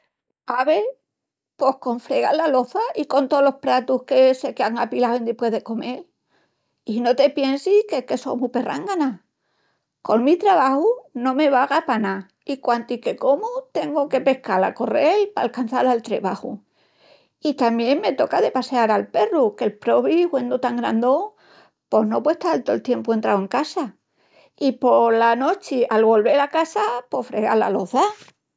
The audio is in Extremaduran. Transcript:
Ave, pos con fregal la loça i con tolos pratus que se quean apilados endispués de comel. I no te piensis qu'es que só mu perrángana. Col mi trebaju, no me vaga pa ná i quantis que comu, tengu que pescal a correl pa ancançal al trebaju. I tamién me toca de passeal el perru qu'el probi huendu tan grandón pos no puei estal tol tiempu entrau en casa. I pola nochi al golvel a casa, pos a fregal la loça.